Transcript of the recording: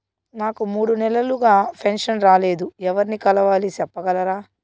నాకు మూడు నెలలుగా పెన్షన్ రాలేదు ఎవర్ని కలవాలి సెప్పగలరా?